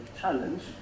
challenge